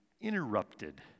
interrupted